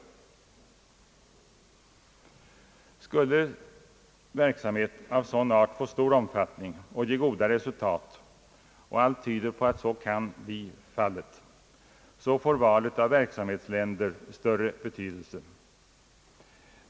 Skulle verksamhet av sådan art få stor omfattning och ge goda resultat — och allt tyder på att så kan bli fallet — får valet av verksamhetsländer större betydelse.